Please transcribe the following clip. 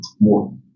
more